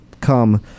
come